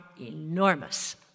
enormous